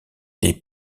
des